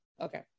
Okay